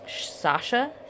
sasha